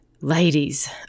Ladies